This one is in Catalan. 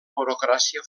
burocràcia